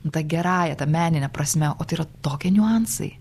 ta gerąja ta menine prasme o tai yra tokie niuansai